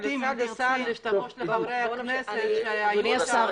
אנחנו רואים את תקציב המשרד לפרויקטים שמתחלק בין פיתוח כלכלי,